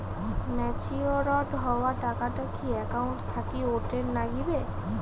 Matured হওয়া টাকাটা কি একাউন্ট থাকি অটের নাগিবে?